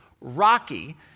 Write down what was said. rocky